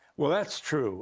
well, thats true